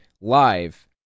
live